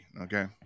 Okay